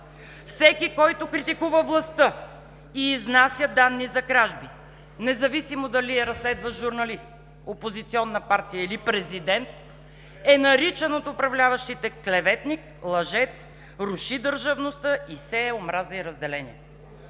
Всеки, който критикува властта и изнася данни за кражби, независимо дали е разследващ журналист, опозиционна партия или президент, е наричан от управляващите „клеветник, лъжец, руши държавността и сее омраза и разделение“.